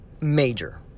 major